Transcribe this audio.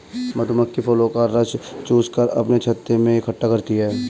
मधुमक्खी फूलों का रस चूस कर अपने छत्ते में इकट्ठा करती हैं